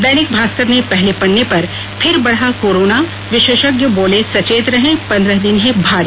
दैनिक भास्कर ने अपने पहले पन्ने पर फिर बढ़ा कोरोना विशेषज्ञ बोले सचेत रहें पन्द्रह दिन है भारी